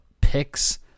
picks